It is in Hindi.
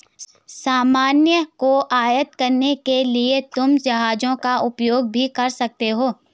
सामान को आयात करने के लिए तुम जहाजों का उपयोग भी कर सकते हो